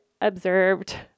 observed